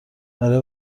برای